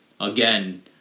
again